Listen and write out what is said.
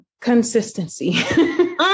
Consistency